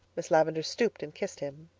miss lavendar stooped and kissed him.